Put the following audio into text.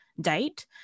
date